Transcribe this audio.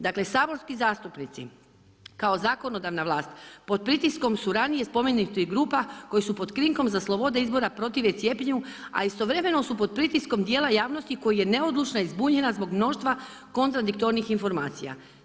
Dakle, saborski zastupnici, kao zakonodavna vlast, pod pritiskom su ranije spomenutih grupa koje su pod krinkom za slobodu izbora protive cijepljenju a istovremeno su pod pritiskom djela javnosti koji je neodlučna i zbunjena zbog mnoštva kontradiktornih informacija.